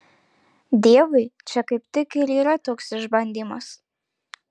deivui čia kaip tik ir yra toks išbandymas